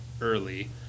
early